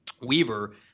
Weaver